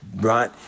right